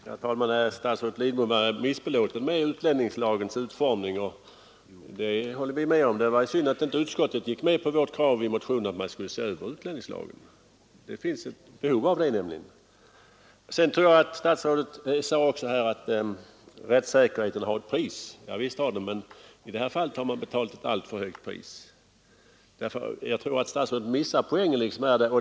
Herr talman! Statsrådet Lidbom är missbelåten med utlänningslagens utformning och det håller vi med om. Därför var det synd att utskottet inte gick med på vårt motionskrav att se över utlänningslagen. Det finns nämligen behov av det. Statsrådet sade också att rättssäkerheten har ett pris. Javisst, men i det här fallet har man betalat ett alltför högt pris. Jag tror att statsrådet missar poängen i vår kritik.